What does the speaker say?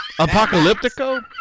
Apocalyptico